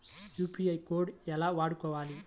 UPI code ఎలా వాడుకోవాలి?